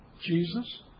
Jesus